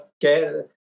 care